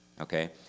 okay